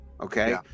okay